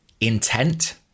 intent